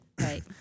Right